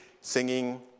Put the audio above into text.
singing